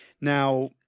Now